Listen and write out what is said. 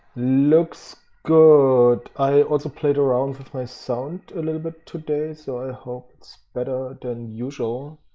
looks good. i also played around with my sound a little bit today, so i hope it's better than usual.